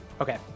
Okay